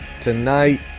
tonight